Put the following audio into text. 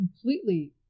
completely